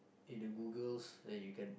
in a google that you can